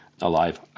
alive